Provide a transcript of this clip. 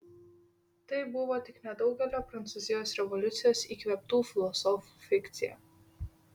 tai buvo tik nedaugelio prancūzijos revoliucijos įkvėptų filosofų fikcija